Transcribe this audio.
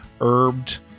herbed